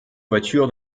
voiture